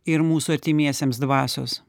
ir mūsų artimiesiems dvasios